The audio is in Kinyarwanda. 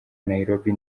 nairobi